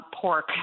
Pork